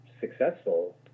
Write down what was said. successful